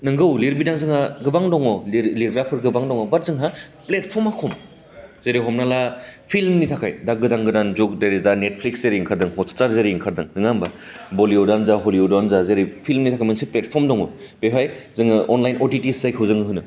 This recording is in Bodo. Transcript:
नोंगौ लिरबिदां जोंहा गोबां दङ लिर लिरग्राफोर गोबां दङ बाट जोंहा फ्लेटपर्मा खम जेरै हमना ला फिल्दनि थाखाय बा गोदान गोदान जगदारि दाननि पिक्स जेरै ओंखारदों हस्टआ जेरै ओंखारदों नङा होम्बा बलिवुडानो जा हलिवुदानो जा जेरै फिल्म इन्दास्रि मोनसे फ्लेदपर्म दङ बेहाय जोङो अनलाइन अडिदिइन्च जायखौ जों होनो